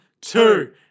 two